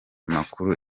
makuru